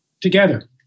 together